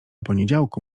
poniedziałku